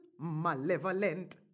malevolent